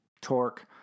torque